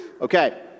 Okay